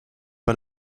pas